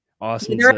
awesome